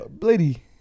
Lady